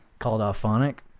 called alphonic.